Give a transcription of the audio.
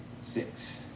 Six